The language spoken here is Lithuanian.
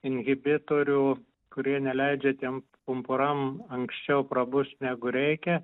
inhibitorių kurie neleidžia tiem pumpuram anksčiau prabus negu reikia